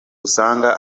usanga